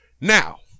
Now